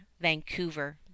Vancouver